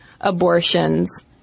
abortions